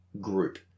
group